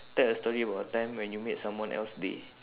tell a story about a time when you made someone else day